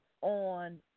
on